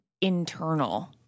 internal